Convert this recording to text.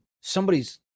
somebody's